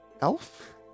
elf